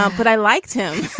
um but i liked him